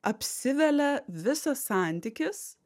apsivelia visas santykis